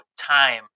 time